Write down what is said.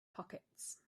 pockets